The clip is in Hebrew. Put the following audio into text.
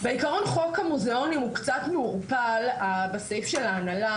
בעיקרון חוק המוזיאונים הוא קצת מעורפל בסעיף של ההנהלה,